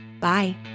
Bye